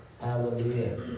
Hallelujah